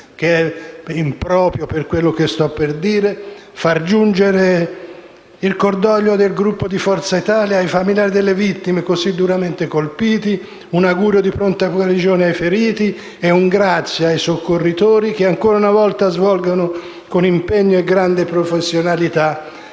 improprio per quello che sto per dire - far giungere il cordoglio del Gruppo Forza Italia ai familiari delle vittime così duramente colpiti, un augurio di pronta guarigione ai feriti e un grazie ai soccorritori che ancora una volta svolgono con impegno e grande professionalità